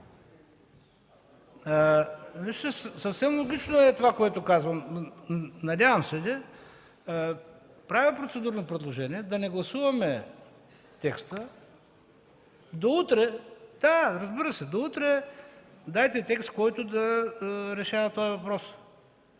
Вижте, съвсем логично е това, което казвам – надявам се. Правя процедурно предложение да не гласуваме текста. До утре дайте текст, който да решава този въпрос,